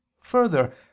Further